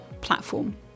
platform